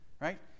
right